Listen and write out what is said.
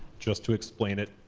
just to explain it.